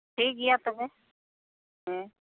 ᱴᱷᱤᱠᱜᱮᱭᱟ ᱛᱚᱵᱮ ᱦᱮᱸ